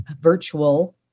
virtual